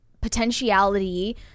potentiality